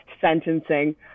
sentencing